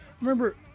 Remember